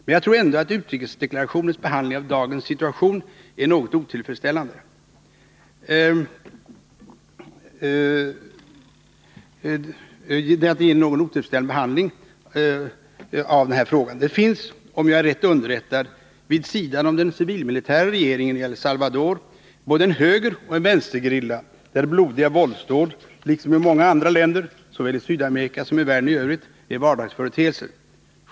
Men jag tror ändå att utrikesdeklarationens behandling av dagens situation är något otillfredställande. Det finns — om jag är rätt underrättad — vid sidan om den civilmilitära regeringen i El Salvador både en högeroch en vänstergerilla, där blodiga våldsdåd liksom i många andra länder såväl i Sydamerika som i världen i övrigt är vardagsföreteelser.